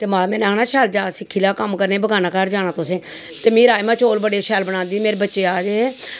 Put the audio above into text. ते मां साढ़ी ने आखना शैल जाच सिक्खी लैओ रुट्टी बनाने दी बगानै घर जाना तुसें ते में राजमांह् चौल बड़े शैल बनांदी ही ते मेरे बच्चे आखदे हे